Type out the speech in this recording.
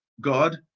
God